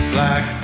Black